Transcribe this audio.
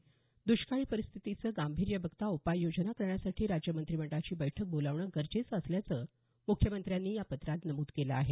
the दष्काळी परिस्थितीचं गांभिर्य बघता उपाययोजना करण्यासाठी राज्य मंत्रिमंडळाची बैठक बोलावणं गरजेचं असल्याचं मुख्यमंत्र्यांनी या पत्रात नमूद केलं आहे